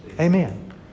Amen